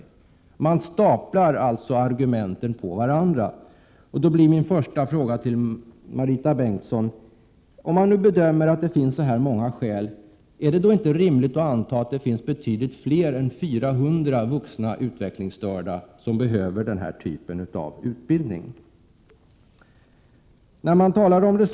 Utskottsmajoriteten staplar alltså argumenten på varandra, och då blir min första fråga till Marita Bengtsson: Om man nu bedömer att det finns så här många skäl, är det då inte rimligt att anta att det finns betydligt fler än 400 vuxna utvecklingsstörda som behöver den här typen av utbildning?